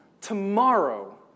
tomorrow